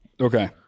Okay